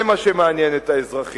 זה מה שמעניין את האזרחים.